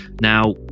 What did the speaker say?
Now